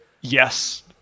yes